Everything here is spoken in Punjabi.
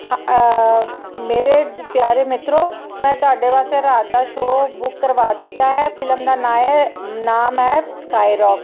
ਮੇਰੇ ਜ ਪਿਆਰੇ ਮਿੱਤਰੋ ਮੈਂ ਤੁਹਾਡੇ ਵਾਸਤੇ ਰਾਤ ਦਾ ਸ਼ੋ ਬੁੱਕ ਕਰਵਾ ਦਿੱਤਾ ਹੈ ਫਿਲਮ ਦਾ ਨਾਂ ਹੈ ਨਾਮ ਹੈ ਸਕਾਈ ਰੋਕ